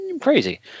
crazy